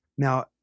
Now